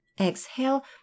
Exhale